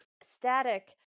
Static